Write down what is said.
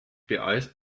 beeilst